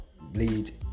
bleed